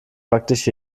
praktisch